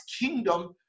kingdom